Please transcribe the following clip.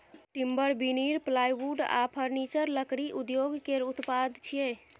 timber, veneer, plywood आ furniture लकड़ी उद्योग केर उत्पाद छियै